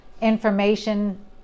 information